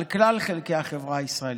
מכלל חלקי החברה הישראלית.